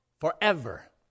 forever